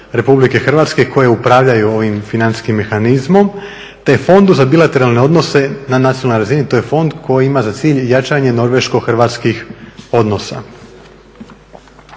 Republike Hrvatske koja upravljaju ovim financijskim mehanizmom te fondu za bilateralne odnose na nacionalnoj razini, to je fond koji ima za cilj jačanje Norveško-Hrvatskih odnosa.